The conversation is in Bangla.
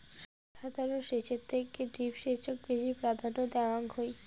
সাধারণ সেচের থেকে ড্রিপ সেচক বেশি প্রাধান্য দেওয়াং হই